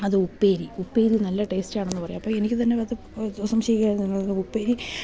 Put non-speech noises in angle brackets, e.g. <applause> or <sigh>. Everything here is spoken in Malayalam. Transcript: അത് ഉപ്പേരി ഉപ്പേരി നല്ല ടേസ്റ്റാണെന്ന് പറയാം അപ്പം എനിക്ക് തന്നെ അത് ദിവസം <unintelligible> ഉപ്പേരി